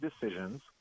decisions